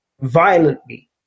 violently